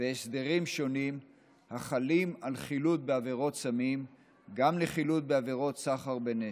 והסדרים שונים החלים על חילוט בעבירות סמים גם בחילוט בעבירות סחר בנשק.